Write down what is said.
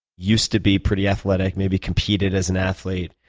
used to be pretty athletic, maybe competed as an athlete,